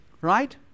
Right